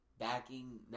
backing